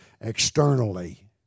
externally